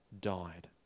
died